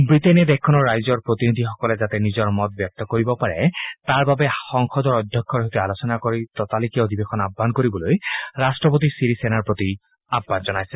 বূটেইনে দেশখনৰ ৰাইজৰ প্ৰতিনিধিসকলে যাতে নিজৰ মত ব্যক্ত কৰিব পাৰে তাৰবাবে সংসদৰ অধ্যক্ষৰ সৈতে আলোচনা কৰি ততালিকে অধিৱেশন অহ্বান কৰিবলৈ ৰাট্টপতি চিৰিচেনাৰ প্ৰতি আহান জনাইছে